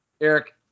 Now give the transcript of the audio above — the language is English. Eric